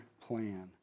plan